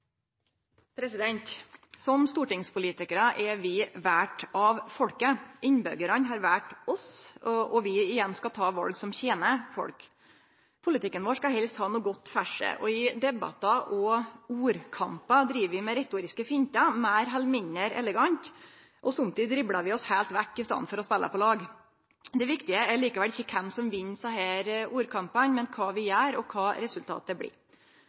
tjenestene. Som stortingspolitikarar er vi valde av folket. Innbyggjarane har valt oss, og vi igjen skal ta val som tener folket. Politikken vår skal helst ha noko godt for seg. I debattar og ordkampar driv vi med retoriske fintar, meir eller mindre elegante, og somtid driblar vi oss heilt vekk i staden for å spele på lag. Det viktige er likevel ikkje kven som vinn desse ordkampane, men kva vi gjer, og kva resultatet blir.